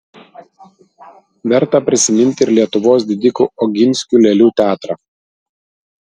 verta prisiminti ir lietuvos didikų oginskių lėlių teatrą